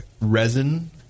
resin